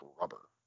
rubber